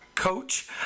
Coach